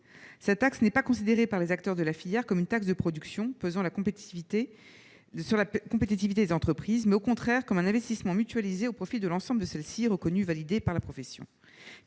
Cette taxe n'est pas considérée par les acteurs de la filière comme une taxe de production pesant sur la compétitivité des entreprises, mais au contraire comme un investissement mutualisé au profit de l'ensemble de celles-ci, reconnu et validé par la profession.